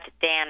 dan